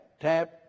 tap